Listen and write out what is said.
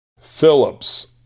Phillips